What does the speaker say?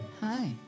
Hi